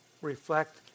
reflect